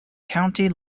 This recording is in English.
county